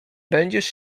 będziesz